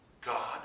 God